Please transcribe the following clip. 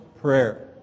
Prayer